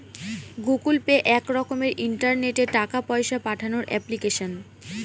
Google Pay এক রকমের ইন্টারনেটে টাকা পয়সা পাঠানোর এপ্লিকেশন